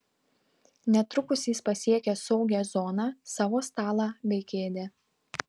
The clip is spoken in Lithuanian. netrukus jis pasiekė saugią zoną savo stalą bei kėdę